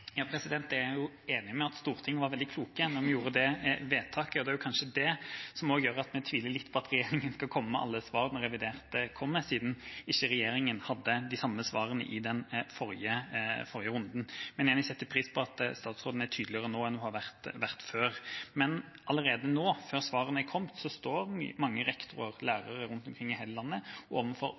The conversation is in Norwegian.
Jeg er enig i at vi i Stortinget var veldig kloke da vi gjorde det vedtaket, og det er kanskje det som også gjør at vi tviler litt på at regjeringa skal komme med alle svar når revidert kommer, siden regjeringa ikke hadde de samme svarene i den forrige runden. Men jeg setter pris på at statsråden er tydeligere nå enn hun har vært før. Men allerede nå, før svarene er kommet, står mange rektorer og lærere rundt omkring i hele landet overfor vanskelige avveiinger og